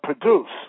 produce